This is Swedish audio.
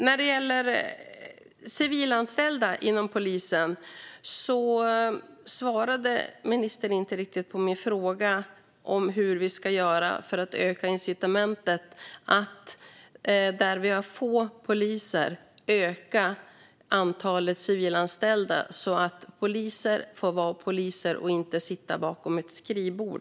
När det gäller civilanställda inom polisen svarade ministern inte riktigt på min fråga om hur vi ska göra för att öka antalet civilanställda där det är få poliser, så att poliser får vara poliser och inte sitter bakom ett skrivbord.